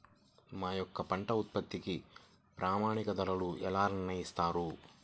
మా యొక్క పంట ఉత్పత్తికి ప్రామాణిక ధరలను ఎలా నిర్ణయిస్తారు?